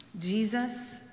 Jesus